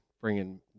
bringing